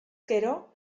gero